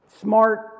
Smart